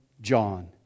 John